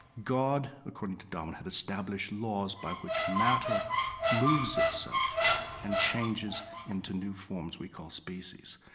god, according to darwin, had established laws by which matter moves itself and changes into new forms we call species.